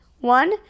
One